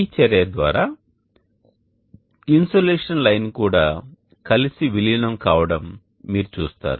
ఈ చర్యద్వారా insulation line కూడా కలిసి విలీనం కావడం మీరు చూస్తారు